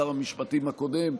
שר המשפטים הקודם,